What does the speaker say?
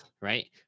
right